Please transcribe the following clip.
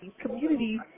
communities